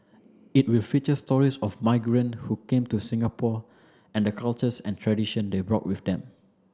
it will feature stories of migrant who came to Singapore and the cultures and tradition they brought with them